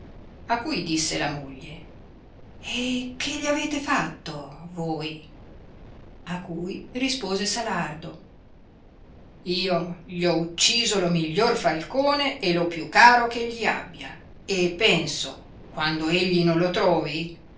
a cui disse la moglie e che gli avete fatto voi a cui rispose salardo io gli ho ucciso lo miglior falcone e lo più caro che egli abbia e penso quando egli non lo trovi